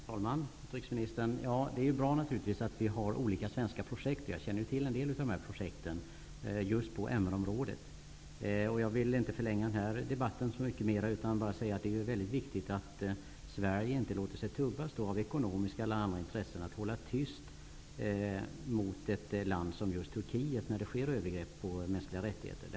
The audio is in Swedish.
Herr talman! Utrikesministern! Det är naturligtvis bra att vi har olika svenska projekt. Jag känner till en del av de projekt som finns just på MR-området. Jag vill inte förlänga debatten så mycket mer utan bara säga att det är väldigt viktigt att Sverige inte av ekonomiska eller andra intressen låter sig tubbas att hålla tyst gentemot ett land som Turkiet, där det sker övergrepp mot de mänskliga rättigheterna.